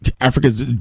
Africa's